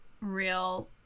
real